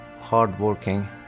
hardworking